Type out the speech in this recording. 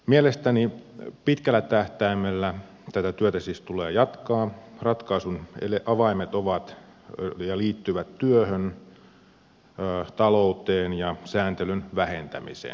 mielestäni pitkällä tähtäimellä tätä työtä siis tulee jatkaa ratkaisun avaimet liittyvät työhön talouteen ja sääntelyn vähentämiseen